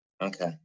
Okay